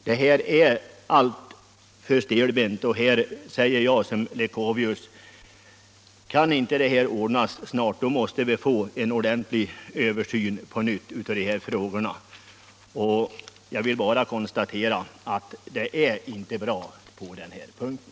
Detta är alltför stelbent, och jag säger här liksom herr Leuchovius: Kan inte detta ordnas snart, då måste vi få en ordentlig översyn på nytt av denna fråga. Jag vill alltså konstatera att det inte är bra på den här punkten.